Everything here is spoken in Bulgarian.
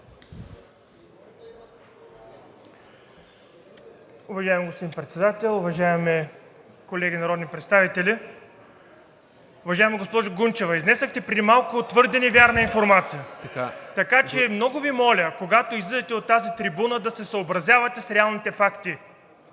Уважаеми господин Председател, уважаеми колеги народни представители! Уважаема госпожо Гунчева, изнесохте преди малко твърде невярна информация. Така че много Ви моля, когато излизате от тази трибуна, да се съобразявате с реалните факти.